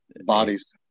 bodies